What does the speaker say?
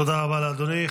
תודה רבה לאדוני.